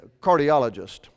cardiologist